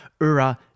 Ura